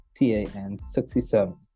TAN67